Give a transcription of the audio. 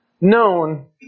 known